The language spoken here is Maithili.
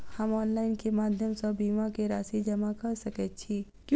हम ऑनलाइन केँ माध्यम सँ बीमा केँ राशि जमा कऽ सकैत छी?